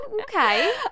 Okay